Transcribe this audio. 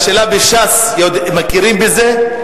השאלה, בש"ס מכירים בזה?